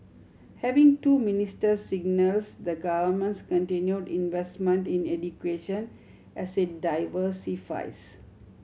having two ministers signals the Government's continue investment in education as it diversifies